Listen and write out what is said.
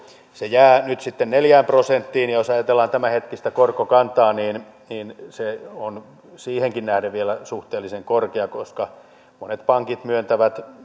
se jää nyt neljään prosenttiin jos ajatellaan tämänhetkistä korkokantaa niin se on siihenkin nähden vielä suhteellisen korkea koska monet pankit myöntävät